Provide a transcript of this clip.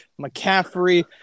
McCaffrey